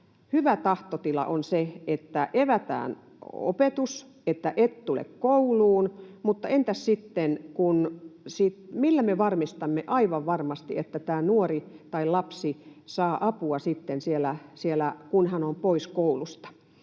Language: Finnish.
Hyvä tahtotila on se, että evätään opetus, että et tule kouluun, mutta millä me sitten varmistamme aivan varmasti, että tämä nuori tai lapsi saa apua sitten, kun hän on pois koulusta?